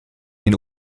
den